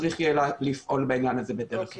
צריך יהיה לפעול בעניין הזה בדרך אחרת.